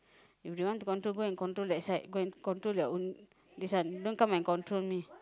if you want to control go and control that side go and control their own this one don't come and control me